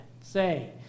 say